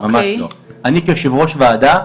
אני כיו"ר הוועדה,